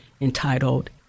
entitled